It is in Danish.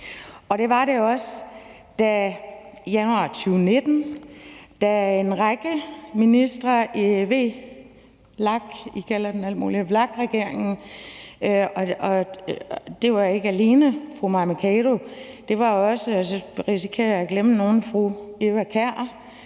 Det var det også i januar 2019, da en række ministre i VLAK-regeringen, og det var ikke alene fru Mai Mercado, det var også fru Eva Kjer Hansen, det var